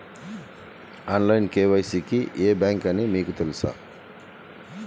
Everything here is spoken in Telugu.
ఆన్లైన్ కే.వై.సి కి ఏ బ్యాంక్ అని మీకు తెలుసా?